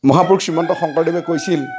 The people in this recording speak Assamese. মহাপুৰুষ শ্ৰীমন্ত শংকৰদেৱে কৈছিল